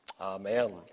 Amen